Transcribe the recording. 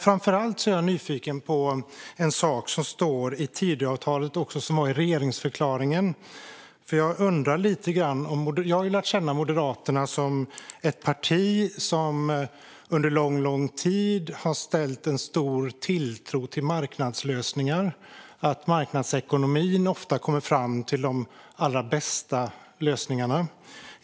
Framför allt är jag dock nyfiken på en sak som står i Tidöavtalet och även fanns med i regeringsförklaringen. Jag har lärt känna Moderaterna som ett parti som under lång tid har ställt stor tilltro till marknadslösningar och till att marknadsekonomin ofta kommer fram till de allra bästa lösningarna.